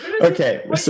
okay